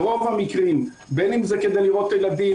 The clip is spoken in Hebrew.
ברוב המקרים בין אם זה לראות את הילדים,